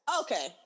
Okay